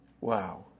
Wow